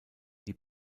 die